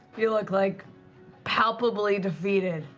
you look like palpably defeated.